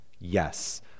yes